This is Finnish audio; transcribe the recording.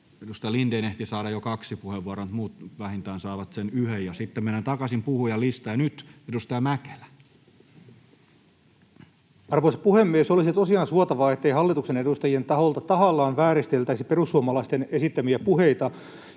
Edustaja Lindén ehti saada jo kaksi puheenvuoroa, mutta muut saavat vähintään sen yhden, ja sitten mennään takaisin puhujalistaan. — Ja nyt edustaja Mäkelä. Arvoisa puhemies! Olisi tosiaan suotavaa, ettei hallituksen edustajien taholta tahallaan vääristeltäisi perussuomalaisten esittämiä puheita